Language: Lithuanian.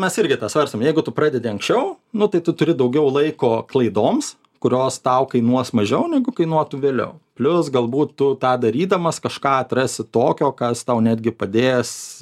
mes irgi tą svarstom jeigu tu pradedi anksčiau nu tai tu turi daugiau laiko klaidoms kurios tau kainuos mažiau negu kainuotų vėliau plius galbūt tu tą darydamas kažką atrasi tokio kas tau netgi padės